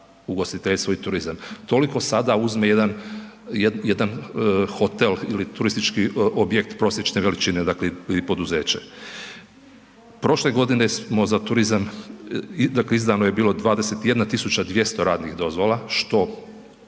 ugostiteljstvo i turizam. Toliko sada uzme jedan, jedan hotel ili turistički objekt prosječne veličine, dakle i poduzeće. Prošle godine smo za turizam dakle izdano je 21.200 radnih dozvola što